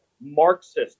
Marxist